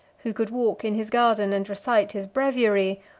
who could walk in his garden and recite his breviary,